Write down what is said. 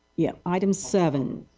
yeah item seven.